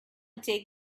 take